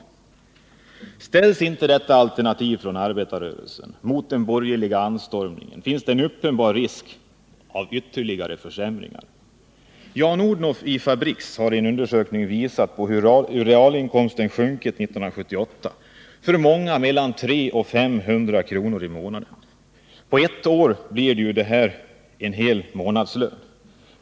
Ställs inte detta alternativ från arbetarrörelsen mot den borgerliga anstormningen finns det en uppenbar risk för ytterligare försämringar. Jan Odhnoff i Fabriksarbetareförbundet har i en undersökning visat hur realinkomsten sjunkit under 1978. För många har den sjunkit med mellan 300 och 500 kr. i månaden. På ett år blir det en hel månadslön.